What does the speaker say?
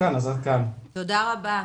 תודה רבה.